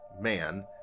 man